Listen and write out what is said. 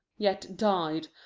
yet died,